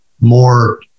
more